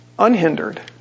unhindered